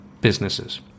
businesses